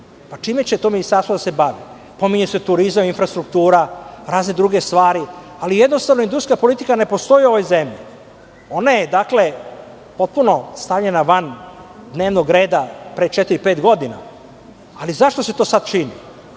Čime će to ministarstvo da se bavi? Pominju se turizam, infrastruktura, razne druge stvari, ali industrijska politika ne postoji u ovoj zemlji. Ona je potpuno stavljena van dnevnog reda pre četiri, pet godina. Zašto se to sad čini?